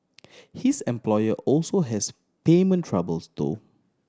his employer also has payment troubles though